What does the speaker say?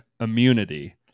Immunity